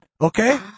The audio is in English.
okay